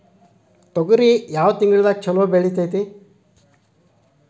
ತೊಗರಿ ಯಾವ ತಿಂಗಳದಾಗ ಛಲೋ ಬೆಳಿತೈತಿ?